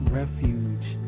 refuge